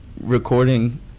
recording